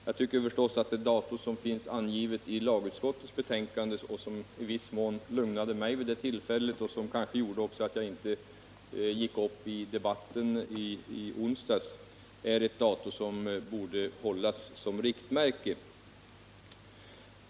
Jag tycker förstås att det datum som finns angivet i lagutskottets betänkande och som i någon mån lugnade mig vid det tillfället och kanske också gjorde att jag inte gick upp i debatten i onsdags är ett datum som borde hållas som riktmärke.